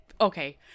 okay